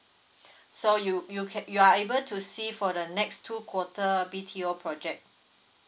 so you you can you are able to see for the next two quota B_T_O project